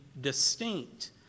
distinct